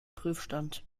prüfstand